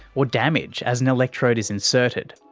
or damage as an electrode is inserted.